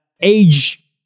age